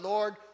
Lord